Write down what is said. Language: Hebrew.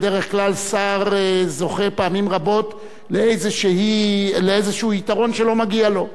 בדרך כלל שר זוכה פעמים רבות לאיזה יתרון שלא מגיע לו,